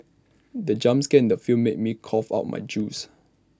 the jump scare in the film made me cough out my juice